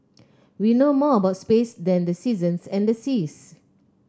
we know more about space than the seasons and the seas